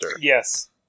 Yes